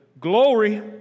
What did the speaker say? Glory